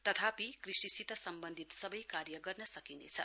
तथापि कृषिसित सम्बन्धित सबै कार्य गर्न सकिनेछ